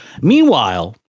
Meanwhile